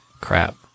crap